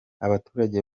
abaturage